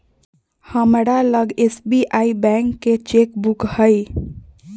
हमरा लग SBI bank के चेक बुक हइ